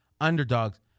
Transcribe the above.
underdogs